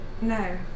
No